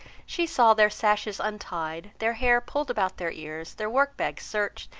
she saw their sashes untied, their hair pulled about their ears, their work-bags searched,